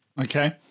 Okay